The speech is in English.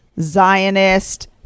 Zionist